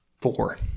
four